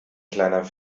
kleiner